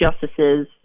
justices